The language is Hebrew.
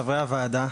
חברי הוועדה,